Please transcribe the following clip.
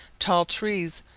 tall trees,